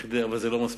אבל זה לא מספיק.